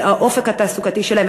זה האופק התעסוקתי שלהם,